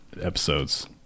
episodes